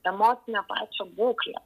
emocinę pačią būklę